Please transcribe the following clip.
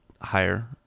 higher